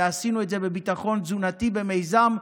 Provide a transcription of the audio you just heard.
עשינו את זה בביטחון תזונתי במיזם,